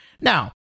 Now